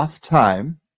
time